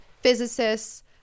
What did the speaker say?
physicists